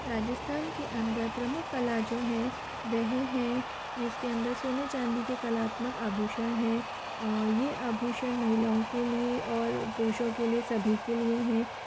राजस्थान के अंदर प्रमुख कला जो है वह है कि इस के अंदर सोने चाँदी के कलात्मक आभूषण हैं ये आभूषण महिलाओं के लिए और पुरुशों के लिए सभी के लिए हैं